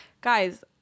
guys